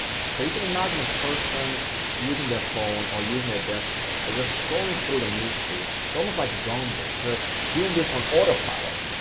so you can imagine a person using their phone or using their desktop, they're just scrolling through their newsfeed, they're almost like zombies, they're doing this on autopilot.